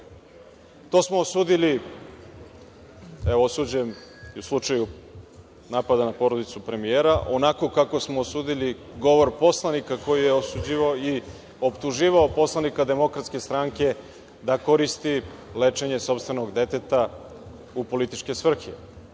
to smo osudili, evo, osuđujem i u slučaju napada na porodicu premijera, onako kako smo osudili govor poslanika koji je osuđivao i optuživao poslanika DS da koristi lečenje sopstvenog deteta u političke svrhe,